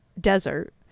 desert